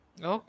Okay